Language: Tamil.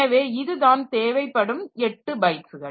எனவே இதுதான் தேவைப்படும் 8 பைட்ஸ்கள்